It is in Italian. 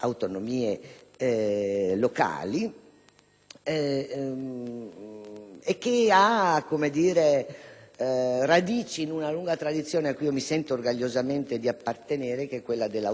affonda le sue radici in una lunga tradizione cui mi sento orgogliosamente di appartenere, quella dell'autonomismo solidarista e solidale,